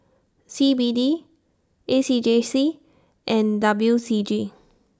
C B D A C J C and W C G